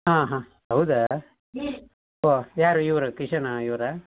ಹಾಂ ಹಾಂ ಹೌದಾ ಓ ಯಾರು ಇವರು ಕಿಶನ್ ಇವರಾ